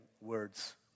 words